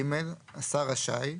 (ג)השר רשאי,